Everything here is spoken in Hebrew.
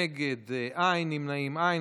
נגד, אין, נמנעים, אין.